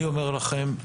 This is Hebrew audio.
אני אומר לכם,